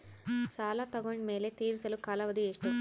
ಸಾಲ ತಗೊಂಡು ಮೇಲೆ ತೇರಿಸಲು ಕಾಲಾವಧಿ ಎಷ್ಟು?